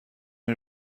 این